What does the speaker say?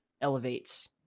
elevates